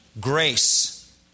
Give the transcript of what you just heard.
grace